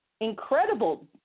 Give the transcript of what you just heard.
incredible